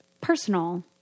personal